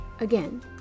Again